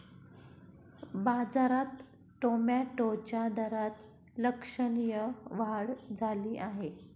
बाजारात टोमॅटोच्या दरात लक्षणीय वाढ झाली आहे